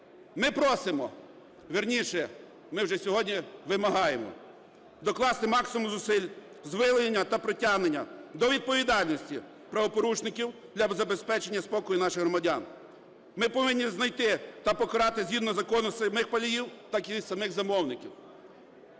Ми просимо, вірніше, ми вже сьогодні вимагаємо докласти максимум зусиль з виявлення та притягнення до відповідальності правопорушників для забезпечення спокою наших громадян. Ми повинні знайти та покарати згідно закону самих паліїв, так і самих замовників.